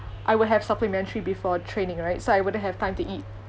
I will have supplementary before training right so I wouldn't have time to eat